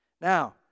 Now